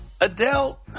Adele